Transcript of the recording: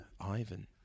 Ivan